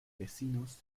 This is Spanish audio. vecinos